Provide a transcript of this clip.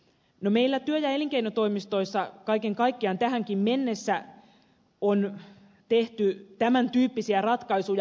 no meillä työ ja elinkeinotoimistoissa kaiken kaikkiaan tähänkin mennessä on tehty tämän tyyppisiä ratkaisuja